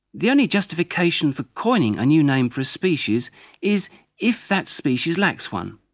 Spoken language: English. the only justification for coining a new name for a species is if that species lacks one,